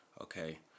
Okay